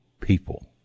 people